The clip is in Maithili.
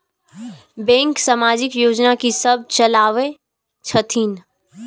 बैंक समाजिक योजना की सब चलावै छथिन?